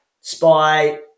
Spy